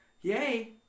Yay